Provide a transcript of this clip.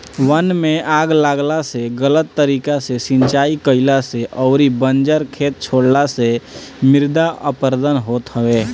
वन में आग लागला से, गलत तरीका से सिंचाई कईला से अउरी बंजर खेत छोड़ला से मृदा अपरदन होत हवे